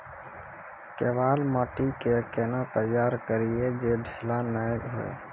केवाल माटी के कैना तैयारी करिए जे ढेला नैय हुए?